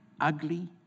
ugly